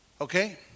Okay